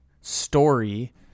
story